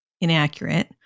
inaccurate